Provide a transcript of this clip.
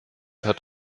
hat